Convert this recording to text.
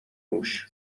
روش